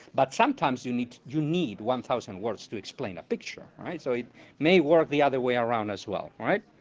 but sometimes you need you need one thousand words to explain a picture. right? so it may work the other way around as well. the